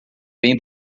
bem